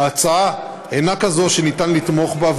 ההצעה אינה כזאת שאפשר לתמוך בה,